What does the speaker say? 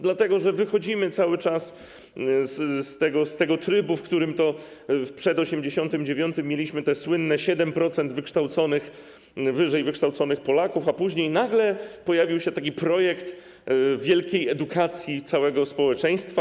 Dlatego że wychodzimy cały czas z tego trybu, w którym to przed 1989 r. mieliśmy te słynne 7% wykształconych, wyżej wykształconych Polaków, a później nagle pojawił się taki projekt wielkiej edukacji całego społeczeństwa.